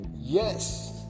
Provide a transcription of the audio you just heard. yes